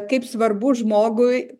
kaip svarbu žmogui